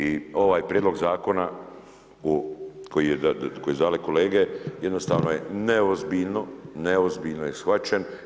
I ovaj prijedlog zakona, u koji su dali kolege, jednostavno je neozbiljno, neozbiljno je shvaćen.